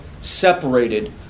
separated